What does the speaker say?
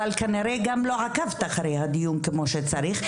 כנראה גם לא עקבת אחרי הדיון כמו שצריך,